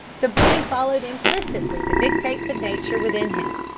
the boy followed implicitly the dictates of nature within him.